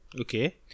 Okay